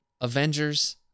Avengers